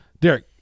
Derek